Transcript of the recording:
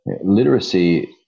literacy